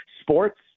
Sports